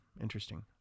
interesting